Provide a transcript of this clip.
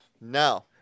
No